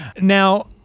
Now